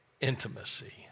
intimacy